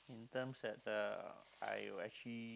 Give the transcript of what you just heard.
in terms that uh I actually